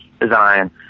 design